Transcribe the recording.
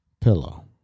pillow